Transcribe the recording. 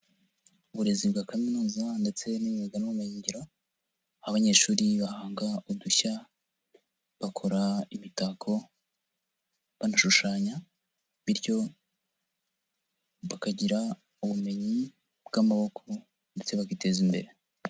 Uburezi bwa kaminuza ndetse n'imyuga n'ubumenyigiro, aho abanyeshuri bahanga udushya bakora imitako, banashushanya. Bityo bakagira ubumenyi bw'amaboko ndetse bakiteza imbere.